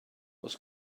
oes